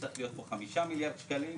צריכים להיות פה חמישה מיליארד שקלים,